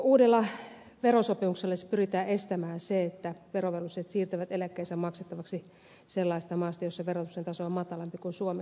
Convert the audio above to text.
uudella verosopimuksella siis pyritään estämään se että verovelvolliset siirtävät eläkkeensä maksettavaksi sellaisesta maasta jossa verotuksen taso on matalampi kuin suomessa